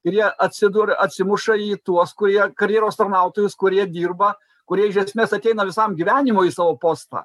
ir jie atsidur atsimuša į tuos kurie karjeros tarnautojus kurie dirba kurie iš esmės ateina visam gyvenimui į savo postą